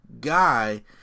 guy